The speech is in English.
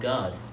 God